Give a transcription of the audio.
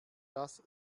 das